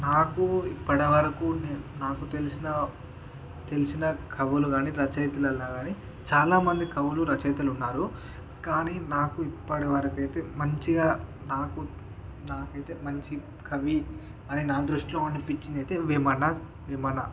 నాకు ఇప్పటి వరకు నాకు తెలిసిన తెలిసిన కవులు కానీ రచయితలలో కానీ చాలా మంది కవులు రచయితలు ఉన్నారు కానీ నాకు ఇప్పటివరకైతే మంచిగా నాకు నాకైతే మంచి కవి అని నా దృష్టిలో అనిపించిందైతే వేమన వేమన